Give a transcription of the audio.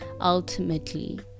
ultimately